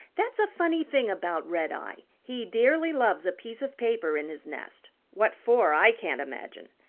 that's a funny thing about redeye he dearly loves a piece of paper in his nest. what for, i can't imagine.